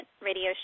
Radio